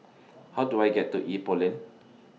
How Do I get to Ipoh Lane